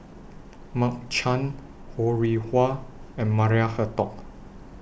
Mark Chan Ho Rih Hwa and Maria Hertogh